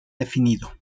definido